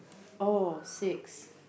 oh six